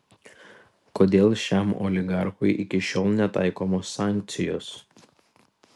kodėl šiam oligarchui iki šiol netaikomos sankcijos